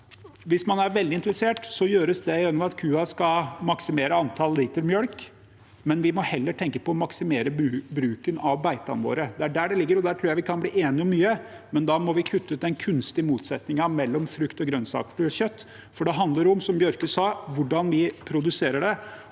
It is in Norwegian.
Hvis man er veldig interessert, gjøres det gjennom at kua skal maksimere antall liter mjølk, men vi må heller tenke på å maksimere bruken av beitene våre. Det er der det ligger, og der tror jeg vi kan bli enige om mye, men da må vi kutte ut den kunstige motsetningen mellom frukt og grønnsaker og kjøtt, for det handler om, som Bjørke sa, hvordan vi produserer det.